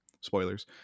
spoilers